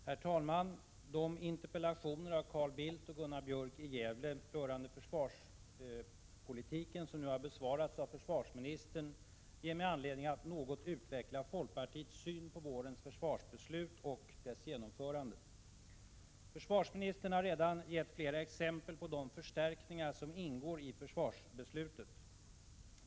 Herr talman! De interpellationer av Carl Bildt och Gunnar Björk rörande försvarspolitiken som nu besvarats av försvarsministern ger mig anledning att något utveckla folkpartiets syn på vårens försvarsbeslut och dess genomförande. Försvarsministern har redan givit flera exempel på de förstärkningar som ingår i försvarsbeslutet.